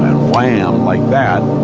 and wham, like that,